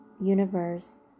Universe